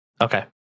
Okay